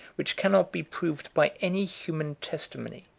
which cannot be proved by any human testimony,